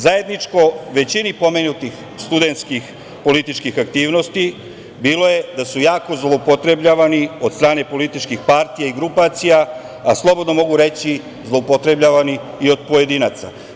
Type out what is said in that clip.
Zajedničko većini pomenutih studentskih političkih aktivnosti bilo je da su jako zloupotrebljavani od strane političkih partija i grupacija, a slobodno mogu reći, zloupotrebljavani i od pojedinaca.